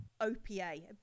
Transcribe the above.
OPA